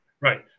right